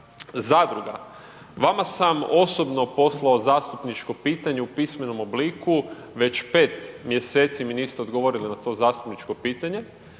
zadruga. Vama sam osobno poslao zastupničko pitanje u pismenom obliku, već 5 mjeseci mi niste odgovorili na to zastupničko pitanje,